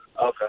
Okay